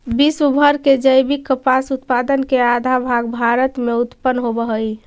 विश्व भर के जैविक कपास उत्पाद के आधा भाग भारत में उत्पन होवऽ हई